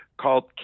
called